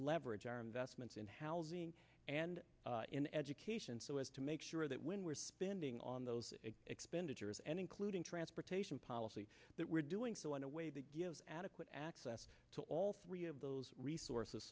leverage our investments in housing and in education so as to make sure that when we're spending on those expenditures and including transportation policy that we're doing so in a way that adequate access to all three of those resources